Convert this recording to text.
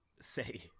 say